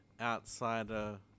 outsider